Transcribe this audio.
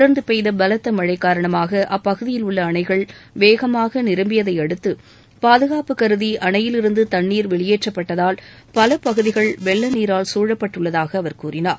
தொடர்ந்து பெய்த பலத்த மழை காரணமாக அப்பகுதியில் உள்ள அணைகள் வேகமாக நிரம்பியதையடுத்து பாதுகாப்பு கருதி அணையிலிருந்து தண்ணீர் வெளியேற்றப்பட்டதால் பல பகுதிகள் வெள்ளநீரால் சூழப்பட்டுள்ளதாக அவர் மேலும் கூறினார்